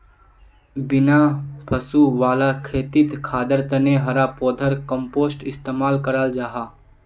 बिना पशु वाला खेतित खादर तने हरा पौधार कम्पोस्ट इस्तेमाल कराल जाहा